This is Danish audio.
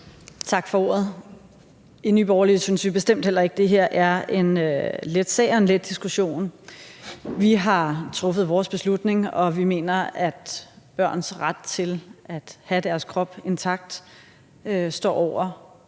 Tak for ordet. I Nye Borgerlige synes vi bestemt heller ikke, at det her er en let sag og en let diskussion. Vi har truffet vores beslutning, og vi mener, at børns ret til at have deres krop intakt står over